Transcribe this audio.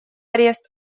арест